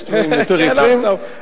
יש צבעים יותר יפים.